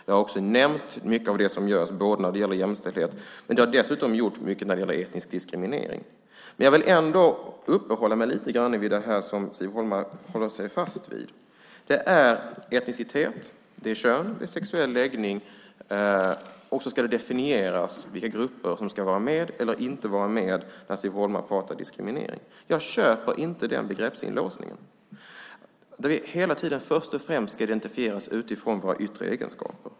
Jag har också nämnt mycket av det som görs, när det gäller både jämställdhet och etnisk diskriminering. Jag vill ändå uppehålla mig lite vid det som Siv Holma håller fast vid. Det är etnicitet, kön och sexuell läggning, och det ska definieras vilka grupper som ska vara med eller inte vara med när Siv Holma pratar om diskriminering. Jag köper inte den begreppsinlåsningen, där vi hela tiden först och främst ska identifieras utifrån våra yttre egenskaper.